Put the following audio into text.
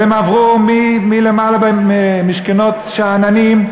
והם עברו מלמעלה, ממשכנות-שאננים,